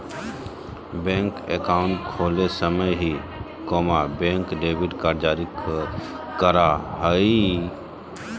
bank account खोले समय ही, बैंक डेबिट कार्ड जारी करा हइ